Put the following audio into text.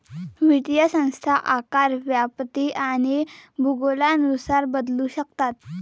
वित्तीय संस्था आकार, व्याप्ती आणि भूगोलानुसार बदलू शकतात